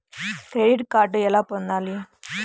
Credit card ఎలా పొందాలి?